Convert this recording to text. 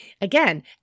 Again